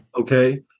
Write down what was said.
okay